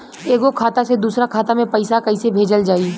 एगो खाता से दूसरा खाता मे पैसा कइसे भेजल जाई?